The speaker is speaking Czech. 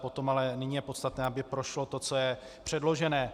Potom ale nyní je podstatné, aby prošlo to, co je předložené.